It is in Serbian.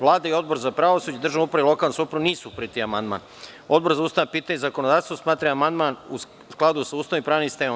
Vlada i Odbor za pravosuđe, državnu upravu i lokalnu samoupravu nisu prihvatili amandman, a Odbor za ustavna pitanja i zakonodavstvo smatra da je amandman u skladu sa Ustavom i pravnim sistemom.